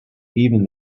even